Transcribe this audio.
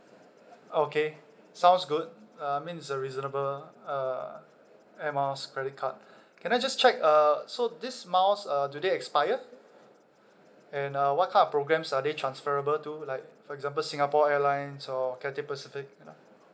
okay sounds good uh I mean it's a reasonable uh airmiles credit card can I just check uh so these miles uh do they expire and uh what kind of programs are they transferable to like for example singapore airlines or cathay pacific uh